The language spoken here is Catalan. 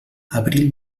abril